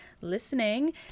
listening